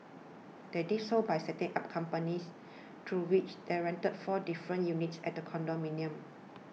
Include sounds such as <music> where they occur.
they did so by setting up companies <noise> through which there rented four different units at condominium